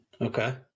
Okay